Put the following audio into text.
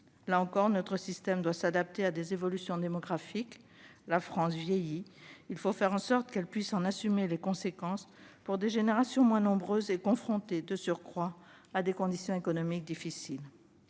Là encore, notre système doit s'adapter à des évolutions démographiques. La France vieillit : il faut faire en sorte qu'elle puisse en assumer les conséquences pour des générations moins nombreuses et confrontées de surcroît à des conditions économiques difficiles.